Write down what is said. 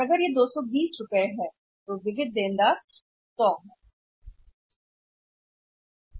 लेकिन अगर आप इस 220 रुपए से बाहर हैं तो एक कर्जदार 100 कितना है